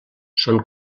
són